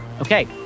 Okay